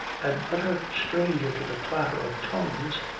an utter stranger to the clatter of tongues,